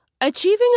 Achieving